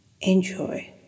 Enjoy